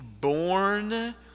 born